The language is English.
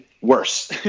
worse